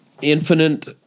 Infinite